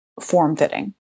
form-fitting